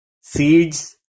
seeds